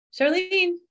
Charlene